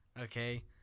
Okay